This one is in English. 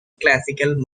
classical